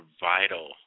vital